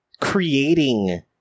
creating